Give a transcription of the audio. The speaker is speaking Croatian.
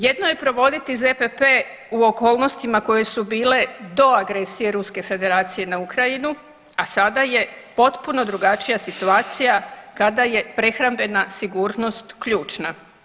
Jedno je provoditi ZPP u okolnostima koje su bile do agresije Ruske Federacije na Ukrajinu, a sada je potpuno drugačija situacija kada je prehrambena sigurnost ključna.